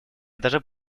даже